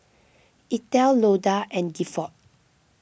Eithel Loda and Gifford